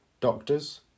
doctors